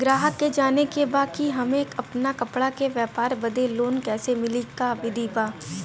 गराहक के जाने के बा कि हमे अपना कपड़ा के व्यापार बदे लोन कैसे मिली का विधि बा?